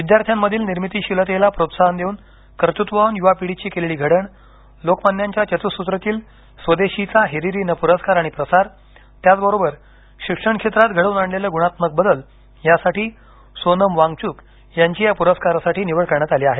विद्यार्थ्यांमधील निर्मितीशीलतेला प्रोत्साहन देऊन कर्तृत्ववान युवापिढीची केलेली घडण लोकमान्यांच्या चतुःसूत्रीतील स्वदेशीचा हिरीरीने पुरस्कार आणि प्रसार त्याचबरोबर शिक्षण क्षेत्रात घडवून आणलेले गुणात्मक बदल यासाठी सोनम वांगच्क यांची या पुरस्कारासाठी निवड करण्यात आली आहे